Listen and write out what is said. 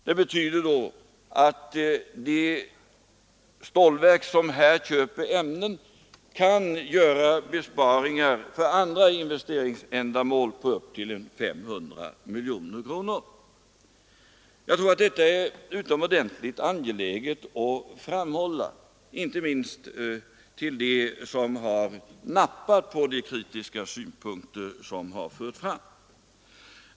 Det betyder att de stålverk som här köper ämnen kan göra besparingar för andra investeringsändamål på upp till 500 miljoner kronor. Jag tror att det är utomordentligt angeläget att framhålla detta, inte minst för dem som har nappat på de kritiska synpunkter som förts fram.